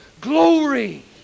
glory